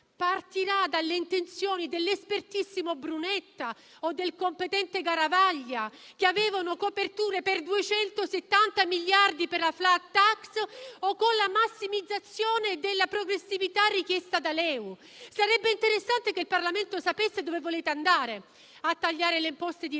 partirà dalle intenzioni dell'espertissimo Brunetta o del competente Garavaglia, che avevano coperture per 270 miliardi per la *flat tax* o con la massimizzazione della progressività richiesta da lei. Sarebbe interessante che il Parlamento sapesse dove volete andare a tagliare, se le imposte dirette